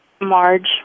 Marge